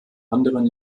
anderen